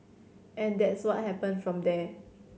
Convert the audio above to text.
and that's what happened from there